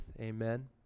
Amen